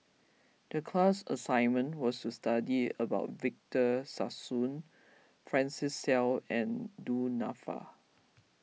the class assignment was to study about Victor Sassoon Francis Seow and Du Nanfa